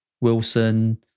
Wilson